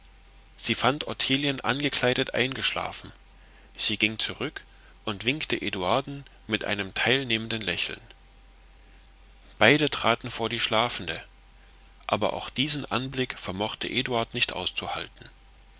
sie fand ottilien angekleidet eingeschlafen sie ging zurück und winkte eduarden mit einem teilnehmenden lächeln beide traten vor die schlafende aber auch diesen anblick vermochte eduard nicht auszuhalten